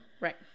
Right